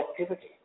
activity